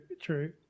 true